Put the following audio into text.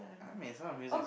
I mean Sound-of-Music is